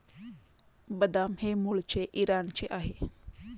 बदाम हे मूळचे इराणचे आहे